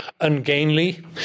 ungainly